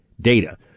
data